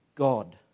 God